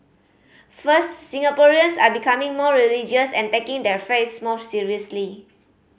first Singaporeans are becoming more religious and taking their faiths more seriously